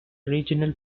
regional